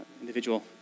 individual